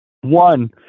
one